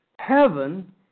Heaven